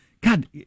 God